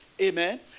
Amen